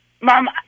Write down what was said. mom